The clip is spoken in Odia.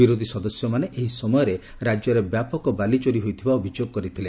ବିରୋଧୀ ସଦସ୍ୟମାନେ ଏହି ସମୟରେ ରାଜ୍ୟରେ ବ୍ୟାପକ ବାଲିଚୋରି ହୋଇଥିବା ଅଭିଯୋଗ କରିଥିଲେ